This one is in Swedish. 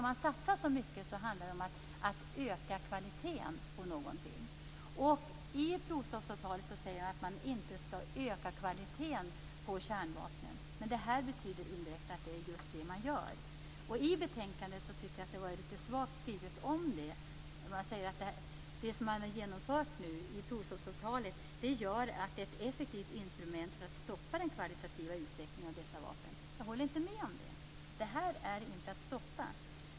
När man satsar så mycket handlar det om att öka kvaliteten på någonting. I provstoppsavtalet sägs att man inte skall öka kvaliteten på kärnvapnen. Men detta betyder indirekt att det är just det man gör. I betänkandet är det litet svagt skrivet om detta. Utskottet säger att det som man genomfört genom provstoppsavtalet gör att det är ett effektivt instrument för att stoppa den kvalitativa utvecklingen av dessa vapen. Jag håller inte med om det. Detta är inte att stoppa.